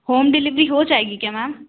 home delivery हो जाएगी क्या मेम